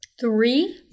Three